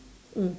mm